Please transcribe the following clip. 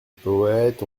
poètes